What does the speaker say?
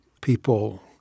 people